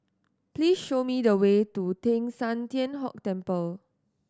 please show me the way to Teng San Tian Hock Temple